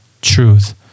truth